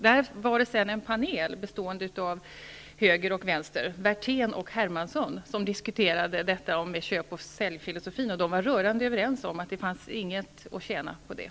Där fanns en panel bestående av höger och vänster, med Werthén och Hermansson, som diskuterade ''köp och sälj''-filosofin. De var rörande överens om att det inte fanns något att tjäna på den.